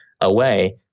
away